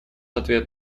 ответ